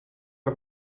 dat